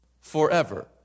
forever